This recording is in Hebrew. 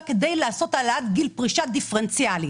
כדי לעשות העלאת גיל פרישה דיפרנציאלי?